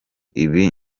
ibi